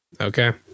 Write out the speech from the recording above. okay